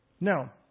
Now